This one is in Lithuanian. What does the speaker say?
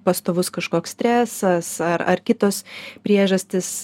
pastovus kažkoks stresas ar kitos priežastys